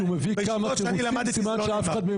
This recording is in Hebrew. כשהוא מביא כמה תירוצים סימן שאף אחד מהם